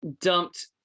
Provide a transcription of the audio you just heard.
dumped